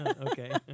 Okay